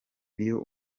iyo